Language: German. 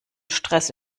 stress